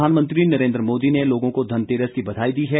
प्रधानमंत्री नरेन्द्र मोदी ने लोगों को धनतेरस की बधाई दी है